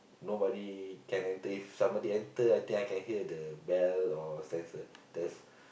nobody can enter if somebody enter I think I can hear the bell or sensor there's